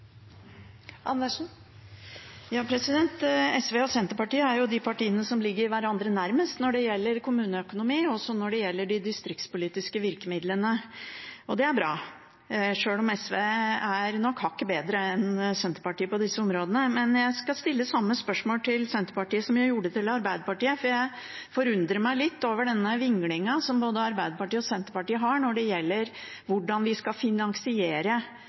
jo de partiene som ligger hverandre nærmest når det gjelder kommuneøkonomi, og også når det gjelder de distriktspolitiske virkemidlene. Det er bra, sjøl om SV nok er hakket bedre enn Senterpartiet på disse områdene. Men jeg skal stille samme spørsmål til Senterpartiet som jeg gjorde til Arbeiderpartiet, for jeg forundrer meg litt over denne vinglingen som både Arbeiderpartiet og Senterpartiet har når det gjelder hvordan vi skal finansiere